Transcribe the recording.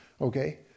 Okay